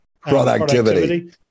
productivity